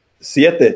Siete